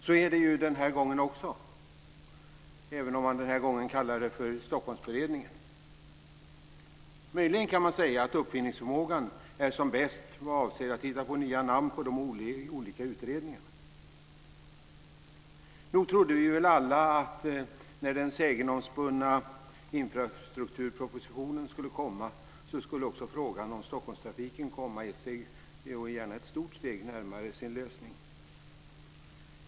Så är det ju den här gången också, även om man den här gången kallar det för Stockholmsberedningen. Möjligen kan man säga att uppfinningsförmågan är som bäst vad avser att hitta på nya namn på de olika utredningarna. Nog trodde vi väl alla att när den sägenomspunna infrastrukturpropositionen skulle komma skulle också frågan om Stockholmstrafiken komma ett steg, och gärna ett stort steg, närmare sin lösning.